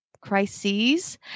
crises